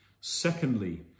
secondly